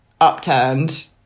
upturned